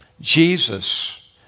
Jesus